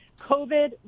covid